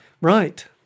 right